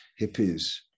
hippies